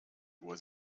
was